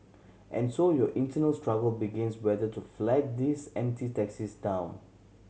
and so your internal struggle begins whether to flag these empty taxis down